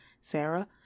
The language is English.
Sarah